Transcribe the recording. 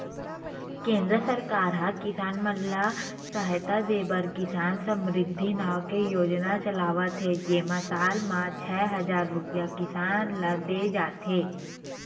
केंद्र के सरकार ह किसान मन ल सहायता देबर किसान समरिद्धि नाव के योजना चलावत हे जेमा साल म छै हजार रूपिया किसान ल दे जाथे